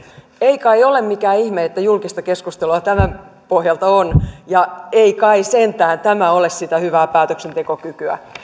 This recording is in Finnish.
ei kai ole mikään ihme että julkista keskustelua tämän pohjalta on ja ei kai sentään tämä ole sitä hyvää päätöksentekokykyä